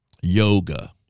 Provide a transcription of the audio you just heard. yoga